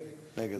שנגד,